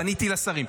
פניתי לשרים.